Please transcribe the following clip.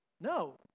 No